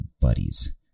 buddies